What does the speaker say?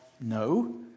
No